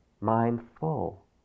mindful